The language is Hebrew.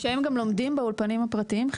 וחלקם לומדים גם באולפנים הפרטיים?